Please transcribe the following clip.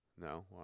No